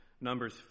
Numbers